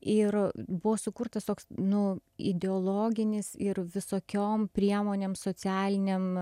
ir buvo sukurtas toks nu ideologinis ir visokiom priemonėm socialinėm